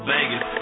Vegas